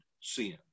sin